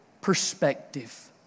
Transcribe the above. perspective